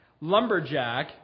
lumberjack